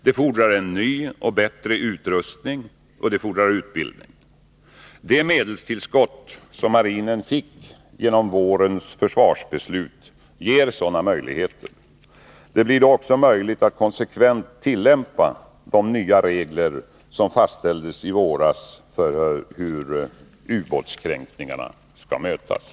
Detta fordrar en ny och bättre utrustning samt utbildning. Det medelstillskott som marinen fick genom vårens försvarsbeslut ger sådana möjligheter. Man kan då också konsekvent tillämpa de nya regler som fastställdes i våras för hur ubåtskränkningar skall mötas.